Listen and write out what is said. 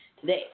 Today